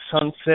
sunset